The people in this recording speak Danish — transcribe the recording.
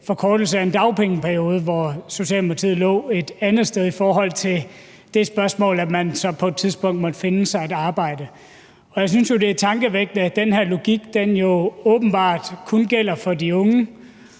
forkortelse af en dagpengeperiode, hvor Socialdemokratiet lå et andet sted i forhold til det spørgsmål, at man så på et tidspunkt måtte finde sig et arbejde. Jeg synes jo, det er tankevækkende, at den her logik åbenbart kun gælder for de unge